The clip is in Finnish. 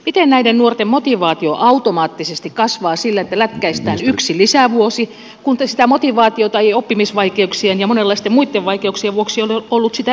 miten näiden nuorten motivaatio automaattisesti kasvaa sillä että lätkäistään yksi lisävuosi kun sitä motivaatiota ei oppimisvaikeuksien ja monenlaisten muitten vaikeuksien vuoksi ole ollut sitä ennenkään